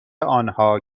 آنها